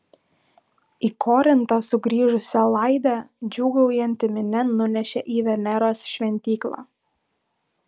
į korintą sugrįžusią laidę džiūgaujanti minia nunešė į veneros šventyklą